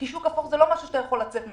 שוק אפור זה לא משהו שאתה יכול לצאת ממנו,